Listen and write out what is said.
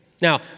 Now